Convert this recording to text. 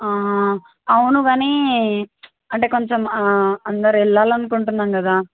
అవును కానీ అంటే కొంచెం అందరు వెళ్ళాలి అనుకుంటున్నాం కదా